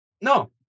No